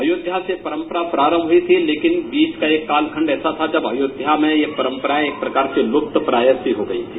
अयोध्या से परम्परा प्रारम्भ हुई थी लेकिन बीच का एक काल खंड ऐसा था जब अयोध्या में ये परम्परायें एक प्रकार से लुप्तप्राय सी हो गई थी